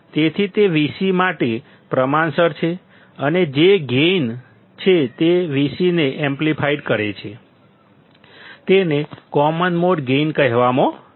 તેથી તે Vc માટે પણ પ્રમાણસર છે અને જે ગેઇનથી તે આ Vc ને એમ્પ્લીફાઇડ કરે છે તેને કોમન મોડ ગેઇન કહેવામાં આવે છે